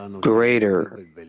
greater